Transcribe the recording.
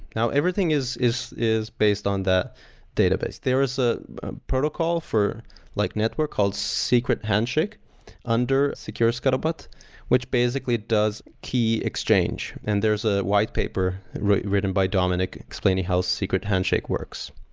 now, everything is is based on the database. there is a protocol for like network called secret handshake under secure scuttlebutt which basically does key exchange. and there's a white paper written by dominic explaining how secret handshake works.